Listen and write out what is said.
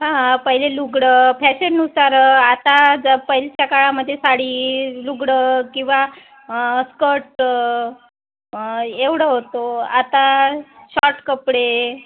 हां पहिले लुगडं फॅशननुसार आता ज पहिलीच्या काळामध्ये साडी लुगडं किंवा स्कर्ट एवढं होतं आता शॉर्ट कपडे